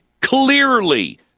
Clearly